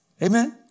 Amen